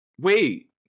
Wait